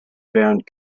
found